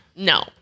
No